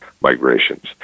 migrations